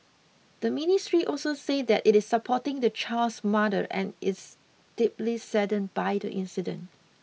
the Ministry also said that it is supporting the child's mother and is deeply saddened by the incident